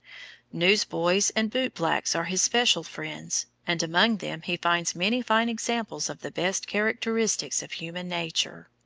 newsboys and boot-blacks are his special friends, and among them he finds many fine examples of the best characteristics of human nature.